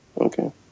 okay